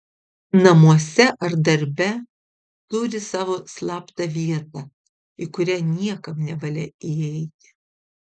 namuose ar darbe turi savo slaptą vietą į kurią niekam nevalia įeiti